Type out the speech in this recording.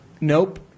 nope